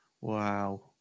Wow